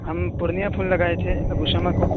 ہم پورنیہ فون لگائے تھے ابو شمع کو